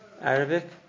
Arabic